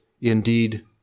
indeed